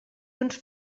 uns